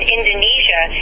Indonesia